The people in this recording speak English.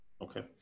Okay